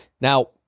Now